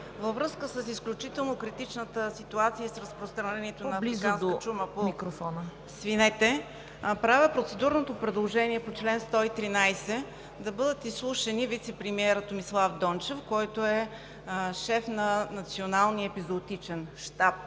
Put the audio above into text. Във връзка с изключително критичната ситуация с разпространението на африканска чума по свинете правя процедурното предложение по чл. 113 от Правилника да бъдат изслушани вицепремиерът Томислав Дончев, който е шеф на Националния епизоотичен щаб